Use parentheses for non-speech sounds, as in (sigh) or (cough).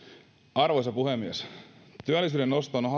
arvoisa puhemies työllisyyden nostoon on (unintelligible)